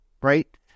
right